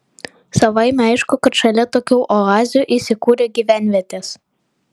savaime aišku kad šalia tokių oazių įsikūrė gyvenvietės